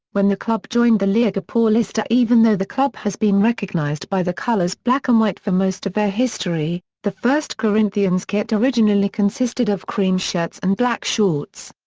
when the club joined the liga paulista even though the club has been recognized by the colors black and um white for most of their history, the first corinthians' kit originally consisted of cream shirts and black shorts.